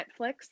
Netflix